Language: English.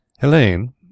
Helene